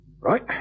Right